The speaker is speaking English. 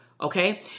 okay